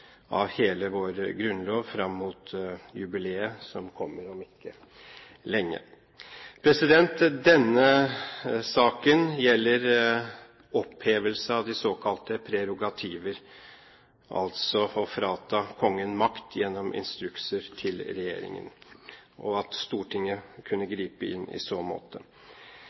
av hele vår grunnlov fram mot jubileet som kommer om ikke lenge. Denne saken gjelder opphevelse av de såkalte prerogativene, altså å frata Kongen makt gjennom instrukser til regjeringen, at Stortinget kunne gripe inn i så måte.